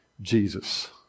Jesus